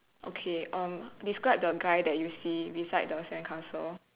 okay um describe the guy that you see beside the sandcastle